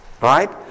right